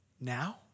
now